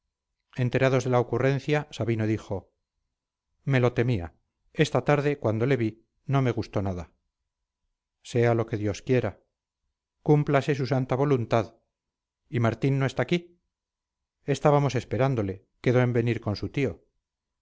enterados de la ocurrencia sabino dijo me lo temía esta tarde cuando le vi no me gustó nada sea lo que dios quiera cúmplase su santa voluntad y martín no está aquí estábamos esperándole quedó en venir con su tío